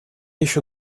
ещё